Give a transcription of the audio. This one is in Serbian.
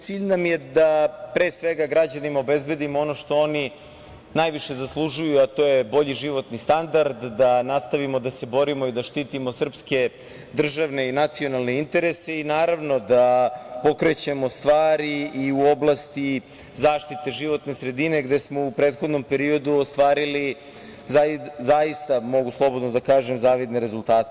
Cilj nam je da građanima obezbedimo ono što oni najviše zaslužuju, a to je bolji životni standard, da nastavimo da se borimo i da štitimo srpske državne i nacionalne interese i, naravno, da pokrećemo stvari i u oblasti zaštite životne sredine gde smo u prethodnom periodu ostvarili zaista, mogu slobodno da kažem, zavidne rezultate.